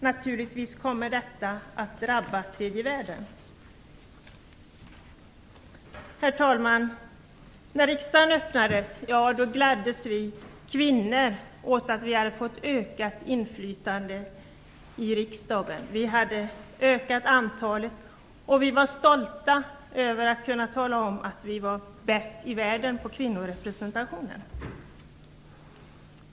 Naturligtvis kommer detta att drabba tredje världen. Herr talman! När riksdagens öppnade gladdes vi kvinnor åt att vi hade fått ökat inflytande i riksdagen. Vi hade ökat antalet kvinnor, och vi var stolta över att vi i Sverige var bäst i världen när det gäller kvinnorepresentationen.